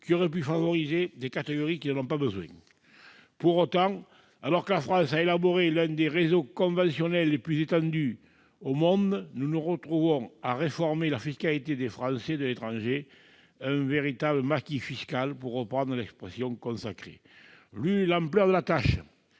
qui auraient pu favoriser des catégories n'en ayant pas besoin. Pour autant, alors que la France a élaboré l'un des réseaux conventionnels les plus étendus au monde, nous nous retrouvons à réformer la fiscalité des Français de l'étranger, ce véritable « maquis fiscal », pour reprendre l'expression consacrée. Compte tenu de